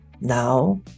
now